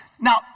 Now